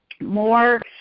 more